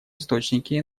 источники